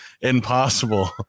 impossible